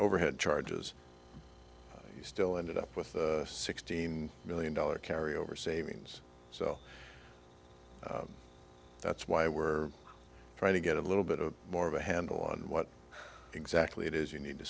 overhead charges you still ended up with sixteen million dollar carry over savings so that's why we're trying to get a little bit more of a handle on what exactly it is you need to